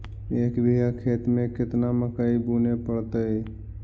एक बिघा खेत में केतना मकई बुने पड़तै?